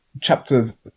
chapters